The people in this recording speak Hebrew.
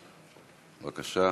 בבקשה.